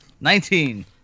Nineteen